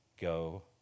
go